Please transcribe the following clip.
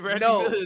No